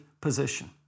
position